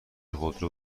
خودرو